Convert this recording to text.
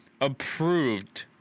approved